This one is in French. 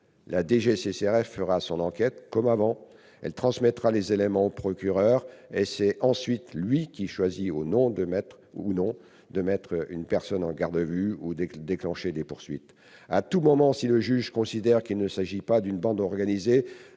direction fera son enquête. Comme avant, elle transmettra les éléments au procureur, qui choisira ensuite, ou non, de placer une personne en garde à vue ou de déclencher des poursuites. À tout moment, si le juge considère qu'il ne s'agit pas d'une bande organisée,